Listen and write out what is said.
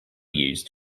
used